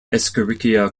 escherichia